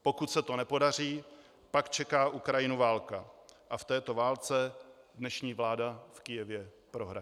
Pokud se to nepodaří, pak čeká Ukrajinu válka a v této válce dnešní vláda v Kyjevě prohraje.